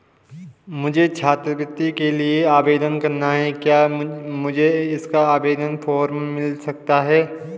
मुझे छात्रवृत्ति के लिए आवेदन करना है क्या मुझे इसका आवेदन फॉर्म मिल सकता है?